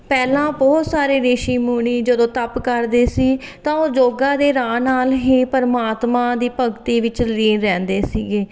ਪਹਿਲਾਂ ਬਹੁਤ ਸਾਰੇ ਰਿਸ਼ੀ ਮੁਨੀ ਜਦੋਂ ਤਪ ਕਰਦੇ ਸੀ ਤਾਂ ਉਹ ਯੋਗਾ ਦੇ ਰਾਹ ਨਾਲ਼ ਹੀ ਪਰਮਾਤਮਾ ਦੀ ਭਗਤੀ ਵਿੱਚ ਲੀਨ ਰਹਿੰਦੇ ਸੀਗੇ